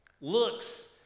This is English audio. Looks